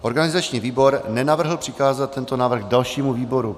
Organizační výbor nenavrhl přikázat tento návrh dalšímu výboru.